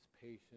patient